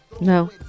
No